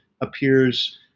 appears